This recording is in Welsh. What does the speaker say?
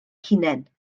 hunain